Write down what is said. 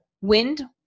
wind